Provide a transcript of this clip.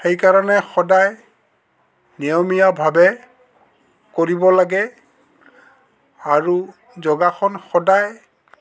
সেইকাৰণে সদায় নিয়মীয়াভাৱে কৰিব লাগে আৰু যোগাসন সদায়